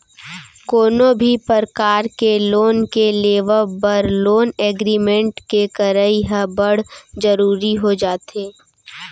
कोनो भी परकार के लोन के लेवब बर लोन एग्रीमेंट के करई ह बड़ जरुरी हो जाथे